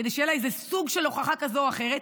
כדי שיהיה לה איזה סוג של הוכחה כזאת או אחרת.